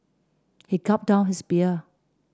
he gulped down his beer